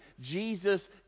Jesus